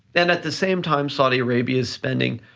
then, at the same time saudi arabia is spending,